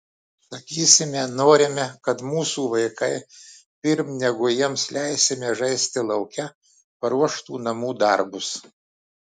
sakysime norime kad mūsų vaikai pirm negu jiems leisime žaisti lauke paruoštų namų darbus